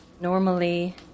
Normally